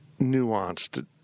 nuanced